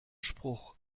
spruch